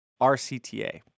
RCTA